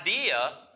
idea